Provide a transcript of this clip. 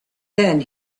then